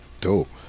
Dope